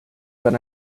but